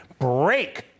break